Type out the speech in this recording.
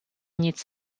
nic